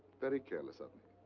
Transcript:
very careless of me.